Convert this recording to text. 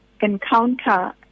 encounter